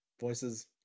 voices